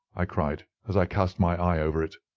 i cried, as i cast my eye over it,